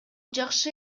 жакшы